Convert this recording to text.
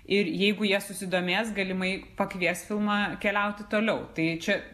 ir jeigu jie susidomės galimai pakvies filmą keliauti toliau tai čia